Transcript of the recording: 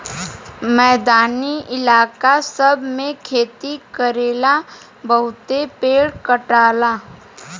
मैदानी इलाका सब मे खेती करेला बहुते पेड़ कटाला